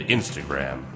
Instagram